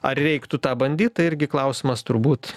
ar reiktų tą bandyt tai irgi klausimas turbūt